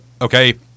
okay